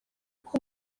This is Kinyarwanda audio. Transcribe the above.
kuko